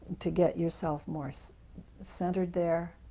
to get yourself more so centered there.